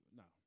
no